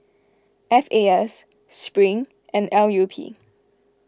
F A S Spring and L U P